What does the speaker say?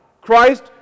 Christ